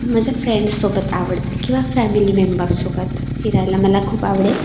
माझे फ्रेंड्स सोबत आवडतील किंवा फॅमिली मेंबर्स सोबत फिरायला मला खूप आवडेल